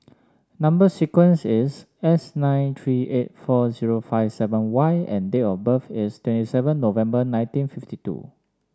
number sequence is S nine three eight four zero five seven Y and date of birth is twenty seven November nineteen fifty two